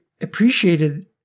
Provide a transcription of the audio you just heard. appreciated